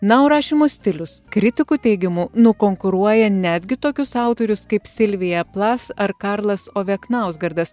na o rašymo stilius kritikų teigimu nukonkuruoja netgi tokius autorius kaip silvija plas ar karlas oveknauzgardas